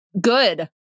good